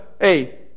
Hey